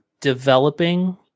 developing